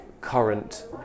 current